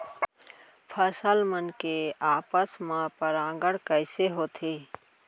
फसल मन के आपस मा परागण कइसे होथे?